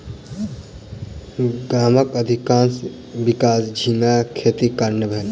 गामक अधिकाँश विकास झींगा खेतीक कारणेँ भेल